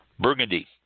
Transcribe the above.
Burgundy